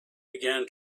began